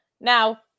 Now